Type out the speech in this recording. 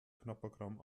knabberkram